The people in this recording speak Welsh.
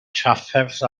trafferth